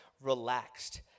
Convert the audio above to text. relaxed